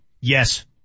Yes